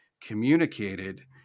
communicated